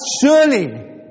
surely